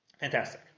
Fantastic